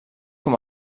com